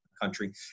country